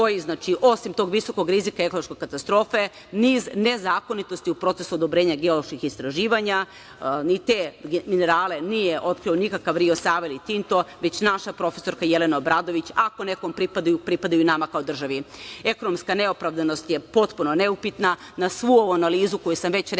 osim tog visokog rizika ekološke katastrofe niz nezakonitosti u procesu odobrenja geoloških istraživanja. Ni te minerale nije otkrio nikakav Rio Sava ili Tinto, već naša profesorka Jelena Obradović. Ako nekome pripadaju, pripadaju nama kao državi. Ekonomska neopravdanost je potpuno neupitna. Na svu ovu analizu koju sam već rekla